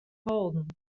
holden